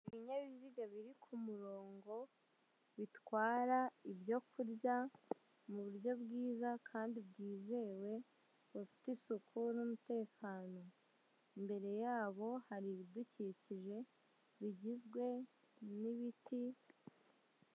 Ibinyabiziga biri ku murongo bitwara ibyo kurya mu buryo bwiza kandi bwizewe, bufite isuku n'umutekano imbere yabo hari ibidukikije bigizwe n'ibiti,